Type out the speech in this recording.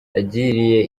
yagiriye